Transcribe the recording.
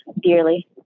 dearly